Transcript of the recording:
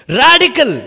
radical